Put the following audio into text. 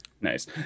Nice